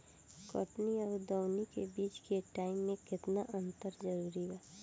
कटनी आउर दऊनी के बीच के टाइम मे केतना अंतर जरूरी बा?